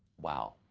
wow.